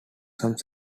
some